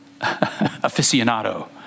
aficionado